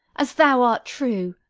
as thou art true,